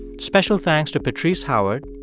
special thanks to patrice howard,